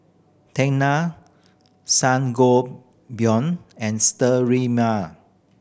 Tena Sangobion and Sterimar